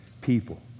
people